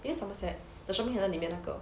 is it somerset the shopping centre 里面那个